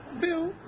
Bill